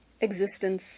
existence